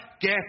get